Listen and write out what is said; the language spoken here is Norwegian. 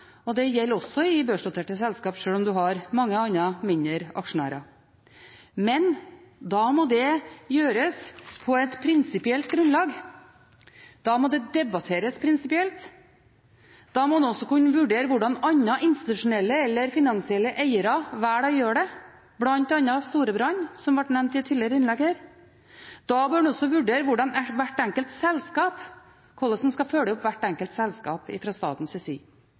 generalforsamlingen. Det gjelder også i børsnoterte selskaper, sjøl om man har mange andre mindre aksjonærer. Men da må det gjøres på et prinsipielt grunnlag. Da må det debatteres prinsipielt. Da må en også kunne vurdere hvordan andre institusjonelle eller finansielle eiere velger å gjøre det, bl.a. Storebrand, som ble nevnt i et tidligere innlegg her. Da bør en også vurdere hvordan en fra statens side skal følge opp hvert enkelt selskap,